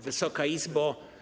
Wysoka Izbo!